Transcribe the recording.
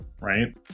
right